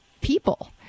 people